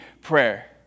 prayer